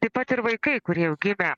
taip pat ir vaikai kurie jau gimę